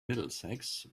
middlesex